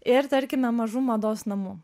ir tarkime mažų mados namų